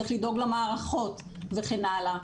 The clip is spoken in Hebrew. צריך לדאוג למערכות וכן הלאה.